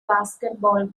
basketball